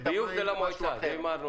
ואת המים למישהו אחר.